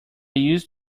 used